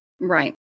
Right